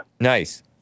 Nice